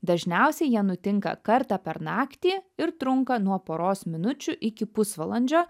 dažniausiai jie nutinka kartą per naktį ir trunka nuo poros minučių iki pusvalandžio